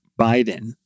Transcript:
Biden